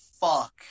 fuck